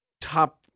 top